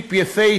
ג'יפ יפה תואר,